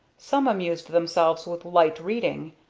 some amused themselves with light reading,